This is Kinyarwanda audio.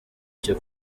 cyo